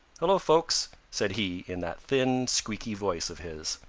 hello, folks, said he in that thin, squeaky voice of his.